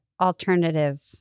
alternative